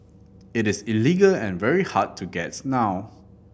it is illegal and very hard to gets now